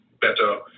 better